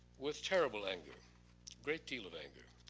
with terrible anger, a great deal of anger,